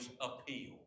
appeal